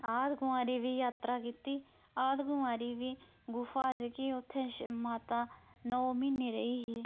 आद कुमारी बी जात्तरा कीती आद कुमारी बी गुफा जेह्की उत्थें माता नौ म्हीने रेही ही